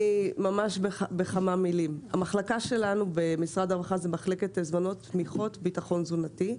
ממש בכמה מילים: המחלקה שלנו במשרד הרווחה היא מחלקת ביטחון תזונתי.